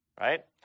Right